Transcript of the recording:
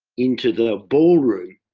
into the ball room.